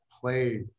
play